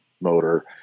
motor